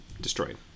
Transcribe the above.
destroyed